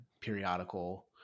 periodical